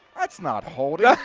that's not holding.